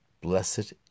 Blessed